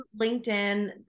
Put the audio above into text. LinkedIn